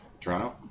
Toronto